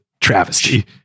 travesty